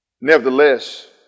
Nevertheless